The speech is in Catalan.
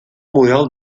model